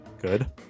Good